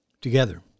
Together